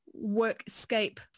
workscape